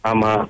Ama